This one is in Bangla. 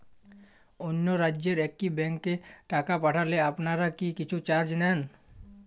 অন্য রাজ্যের একি ব্যাংক এ টাকা পাঠালে আপনারা কী কিছু চার্জ নেন?